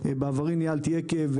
בעברי ניהלתי יקב,